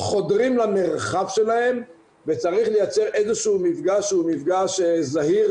חודרים למרחב שלהם וצריך לייצר איזשהו מפגש שהוא מפגש זהיר,